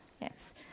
Yes